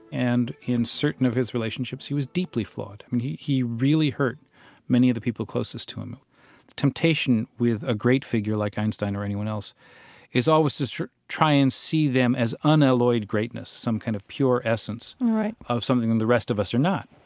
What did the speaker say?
and in certain of his relationships, he was deeply flawed. i mean, he he really hurt many of the people closest to him. the temptation with a great figure like einstein or anyone else is always to try and see them as unalloyed greatness, some kind of pure essence of something and the rest of us are not.